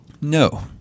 No